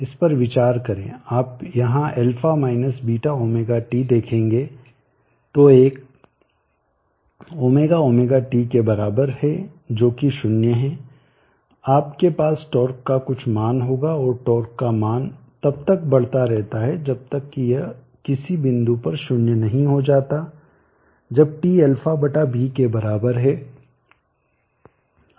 इस पर विचार करें आप यहां α β ωt देखेंगे तो एक ω ωt के बराबर है जो की 0 है आपके पास टॉर्क का कुछ मान होगा और टॉर्क का मानतब तक बढ़ता रहता है जब तक कि यह किसी बिंदु पर 0 नहीं हो जाता जब t αβ के बराबर है